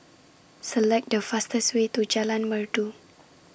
Select The fastest Way to Jalan Merdu